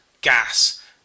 Gas